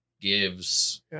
gives